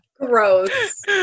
Gross